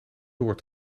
door